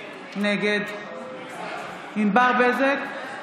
נגד ענבר בזק,